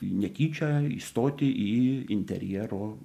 netyčia įstoti į interjero